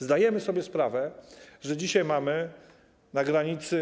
Zdajemy sobie sprawę, że dzisiaj mamy na granicy.